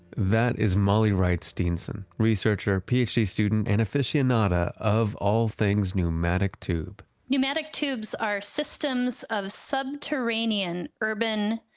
that is molly wright steenson, researcher, ph d. student, and aficionada of all things pneumatic tube pneumatic tubes are systems of subterranean, urban,